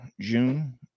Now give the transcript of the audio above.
June